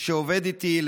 שעובד איתי,